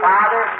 Father